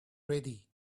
ready